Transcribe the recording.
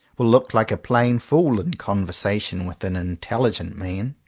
will look like a plain fool in conversation with an intelligent man.